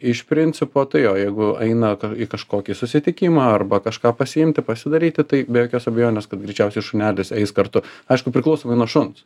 iš principo tai jo jeigu aina į kažkokį susitikimą arba kažką pasiimti pasidaryti tai be jokios abejonės kad greičiausiai šunelis eis kartu aišku priklausomai nuo šuns